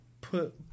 put